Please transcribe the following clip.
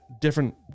Different